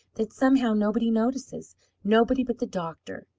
that somehow nobody notices nobody but the doctor.